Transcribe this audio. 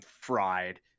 fried